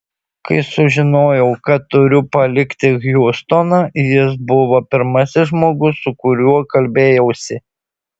kai sužinojau kad turiu palikti hjustoną jis buvo pirmasis žmogus su kuriuo kalbėjausi